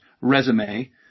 resume